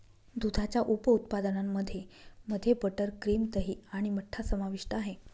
दुधाच्या उप उत्पादनांमध्ये मध्ये बटर, क्रीम, दही आणि मठ्ठा समाविष्ट आहे